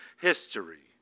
history